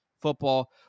football